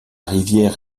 rivière